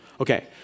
Okay